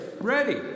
ready